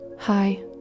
Hi